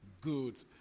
good